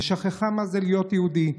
ושכחה מה זה להיות יהודי,